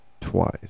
twice